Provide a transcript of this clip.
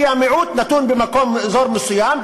כי המיעוט נתון באזור מסוים,